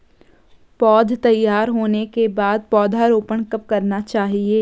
पौध तैयार होने के बाद पौधा रोपण कब करना चाहिए?